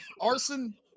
arson